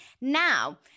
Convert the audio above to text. Now